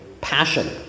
passion